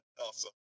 awesome